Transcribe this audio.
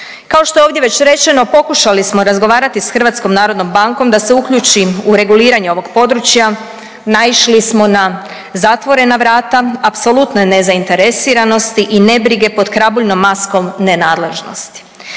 Kao što je ovdje već rečeno, pokušali smo razgovarati s HNB-om da se uključi u reguliranje na ovog područja, naišli smo na zatvorena vrata, apsolutne nezainteresiranosti i nebrige pod krabuljnom maskom nenadležnosti.